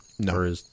No